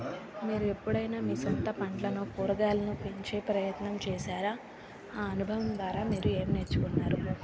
మీరు ఎప్పుడైన మీ సొంత పళ్ళను కురగాయల్ను పెంచే ప్రయత్నం చేశార ఆ అనుభవం ద్వార మీరు ఏం నేర్చుకున్నారు